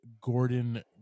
Gordon